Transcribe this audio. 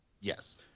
Yes